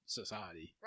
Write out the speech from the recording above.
society